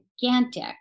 gigantic